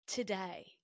Today